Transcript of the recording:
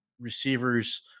receivers